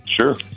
Sure